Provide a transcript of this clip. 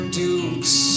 dukes